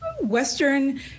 Western